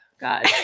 God